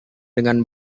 dengan